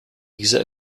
dieser